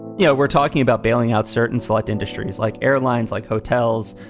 know, we're talking about bailing out certain select industries, like airlines, like hotels,